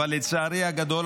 אבל לצערי הגדול,